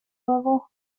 level